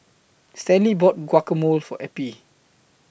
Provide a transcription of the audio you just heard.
Stanley bought Guacamole For Eppie